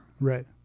right